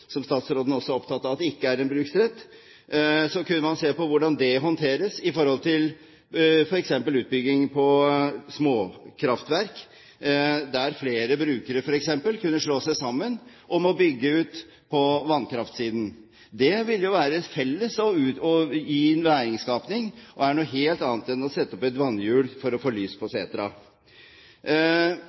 som statsråden også er opptatt av ikke er en bruksrett – hvordan det håndteres i forhold til f.eks. utbygging av småkraftverk, der flere brukere f.eks. kunne slå seg sammen om å bygge ut på vannkraftsiden. Det ville jo være felles og gi næringsskaping, og er noe helt annet enn å sette opp et vannhjul for å få lys på setra.